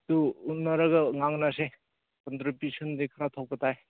ꯑꯗꯨ ꯎꯅꯔꯒ ꯉꯥꯡꯅꯁꯦ ꯀꯟꯇ꯭ꯔꯤꯕ꯭ꯌꯨꯁꯟꯗꯤ ꯈꯔ ꯊꯣꯛꯄ ꯇꯥꯏ